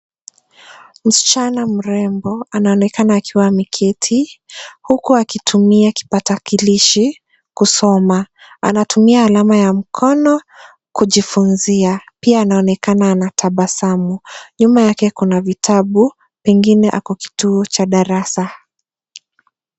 Msichana mrembo anaonekana akiwa ameketi huku akitumia kipakatalishi kusoma. Anatumia alama ya mkono kujifunzia. Pia anaonekana anatabasamu. Nyuma yake kuna vitabu , pengine ako kituo cha darasa.